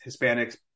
Hispanics